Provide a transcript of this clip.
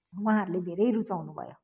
उहाँहरूले धेरै रुचाउनु भयो